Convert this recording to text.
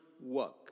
work